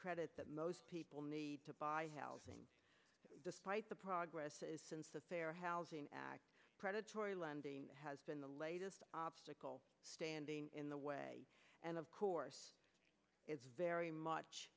credit that most people need to buy housing despite the progress since the fair housing act predatory lending has been the latest obstacle standing in the way and of course is very much